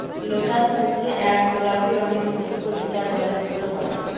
lotus হচ্ছে এক গোলাপি রঙের পুস্প যেটা জলের ওপরে হয়